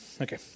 Okay